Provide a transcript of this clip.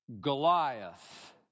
Goliath